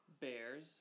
bears